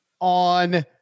on